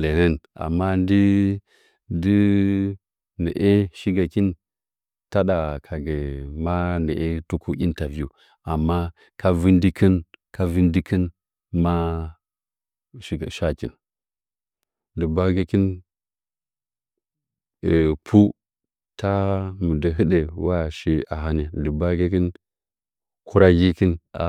lɚnɚn ma ndɨ ndɨ ɚɚ shigikih tada ka gɚ manɚɚ tuku interviw amma ka vin dɨkin ka utnndɨkɨn aa shiga shakin diggba gɚkin e puu ta mɨndɚ hɨɗɚ wa shi a hana dɨggba gɚkin kura njikin a